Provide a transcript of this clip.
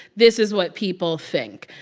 this is what people think.